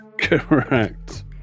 Correct